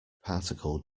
particle